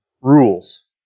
rules